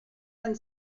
ein